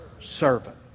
Servant